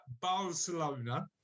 Barcelona